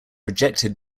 rejected